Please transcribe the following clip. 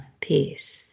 peace